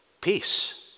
Peace